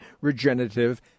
Regenerative